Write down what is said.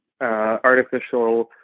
artificial